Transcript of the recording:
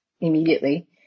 immediately